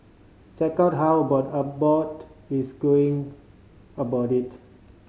check out how about Abbott is going about it